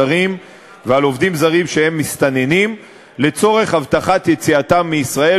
זרים ועל עובדים זרים שהם מסתננים לצורך הבטחת יציאתם מישראל